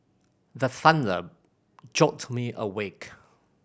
the thunder jolt me awake